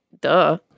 duh